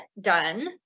done